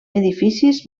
edificis